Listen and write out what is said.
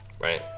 right